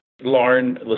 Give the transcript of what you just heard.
Lauren